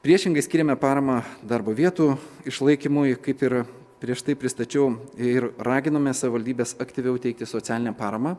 priešingai skiriame paramą darbo vietų išlaikymui kaip ir prieš tai pristačiau ir raginame savivaldybes aktyviau teikti socialinę paramą